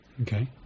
Okay